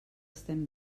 estem